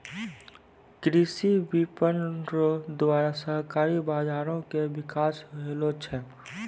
कृषि विपणन रो द्वारा सहकारी बाजारो के बिकास होलो छै